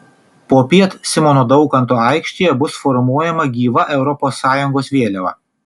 popiet simono daukanto aikštėje bus formuojama gyva europos sąjungos vėliava